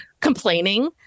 complaining